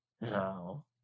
No